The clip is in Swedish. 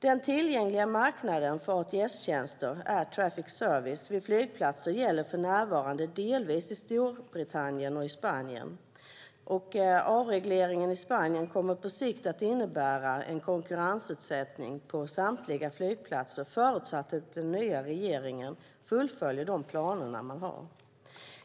Den tillgängliga marknaden för ATS-tjänster, Air Traffic Service, vid flygplatser gäller för närvarande delvis i Storbritannien och Spanien. Avregleringen i Spanien kommer på sikt att innebära konkurrensutsättning på samtliga flygplatser förutsatt att den nya regeringen fullföljer de planer som finns.